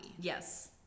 Yes